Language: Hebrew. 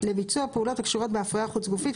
לביצוע פעולות הקשורות בהפריה חוץ גופית,